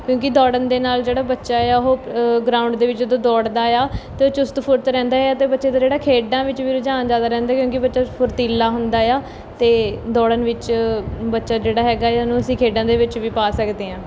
ਕਿਉਂਕਿ ਦੌੜਨ ਦੇ ਨਾਲ਼ ਜਿਹੜਾ ਬੱਚਾ ਏ ਆ ਉਹ ਗਰਾਊਂਡ ਦੇ ਵਿੱਚ ਜਦੋਂ ਦੌੜਦਾ ਆ ਤਾਂ ਉਹ ਚੁਸਤ ਫੁਰਤ ਰਹਿੰਦਾ ਏ ਆ ਅਤੇ ਬੱਚੇ ਦਾ ਜਿਹੜਾ ਖੇਡਾਂ ਵਿੱਚ ਵੀ ਰੁਝਾਨ ਜ਼ਿਆਦਾ ਰਹਿੰਦੇ ਕਿਉਂਕਿ ਬੱਚਾ ਫੁਰਤੀਲਾ ਹੁੰਦਾ ਏ ਆ ਅਤੇ ਦੌੜਨ ਵਿੱਚ ਬੱਚਾ ਜਿਹੜਾ ਹੈਗਾ ਉਹਨੂੰ ਅਸੀਂ ਖੇਡਾਂ ਦੇ ਵਿੱਚ ਵੀ ਪਾ ਸਕਦੇ ਹਾਂ